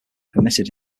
permitted